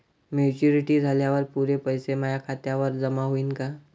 Maturity झाल्यावर पुरे पैसे माया खात्यावर जमा होईन का?